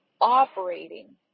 operating